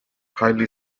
highly